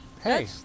Hey